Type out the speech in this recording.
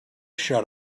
shut